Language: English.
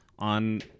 On